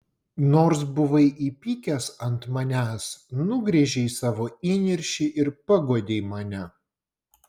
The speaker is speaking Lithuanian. nors buvai įpykęs ant manęs nugręžei savo įniršį ir paguodei mane